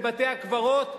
את בתי-הקברות,